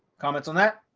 comments on that.